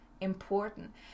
important